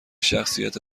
شخصیت